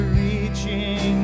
reaching